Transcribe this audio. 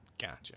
Gotcha